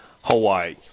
Hawaii